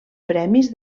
premis